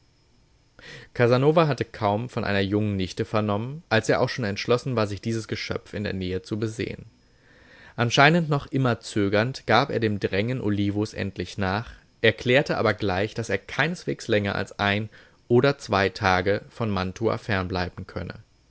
casanova hatte kaum von einer jungen nichte vernommen als er auch schon entschlossen war sich dieses geschöpf in der nähe zu besehn anscheinend noch immer zögernd gab er dem drängen olivos endlich nach erklärte aber gleich daß er keineswegs länger als ein oder zwei tage von mantua fernbleiben könne